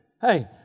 Hey